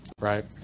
right